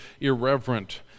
irreverent